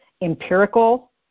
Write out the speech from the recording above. empirical